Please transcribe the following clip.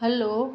hello